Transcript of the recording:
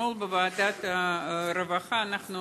אתמול בוועדת הרווחה אנחנו